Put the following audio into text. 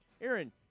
aaron